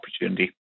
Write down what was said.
opportunity